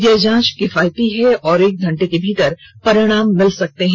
यह जांच किफायती है और एक घंटे के अंदर परिणाम मिल सकते हैं